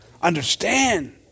Understand